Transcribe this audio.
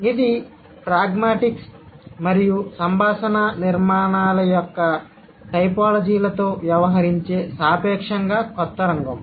కాబట్టి ఇది ప్రాగ్మాటిక్స్సత్తా మరియు సంభాషణ నిర్మాణాల యొక్క టోపోలాజీలతో వ్యవహరించే సాపేక్షంగా కొత్త రంగం